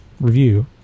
review